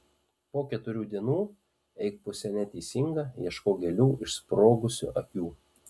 po keturių dienų eik puse neteisinga ieškok gėlių išsprogusių akių